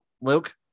Luke